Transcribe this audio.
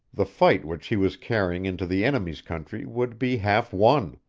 the fight which he was carrying into the enemy's country would be half won.